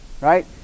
right